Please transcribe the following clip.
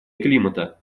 климата